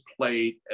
played